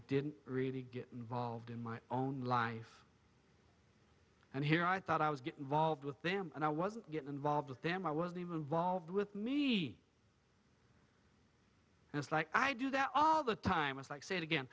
didn't really get involved in my own life and here i thought i was get involved with them and i wasn't getting involved with them i wasn't even involved with me and it's like i do that all the time it's like say it again